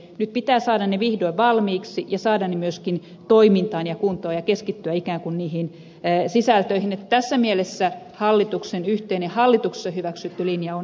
nyt pitää saada ne vihdoin valmiiksi ja saada ne myöskin toimintaan ja kuntoon ja keskittyä ikään kuin niihin sisältöihin että tässä mielessä yhteinen hallituksessa hyväksytty linja on aivan selkeä